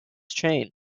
chain